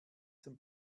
zum